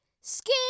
skin